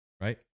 Right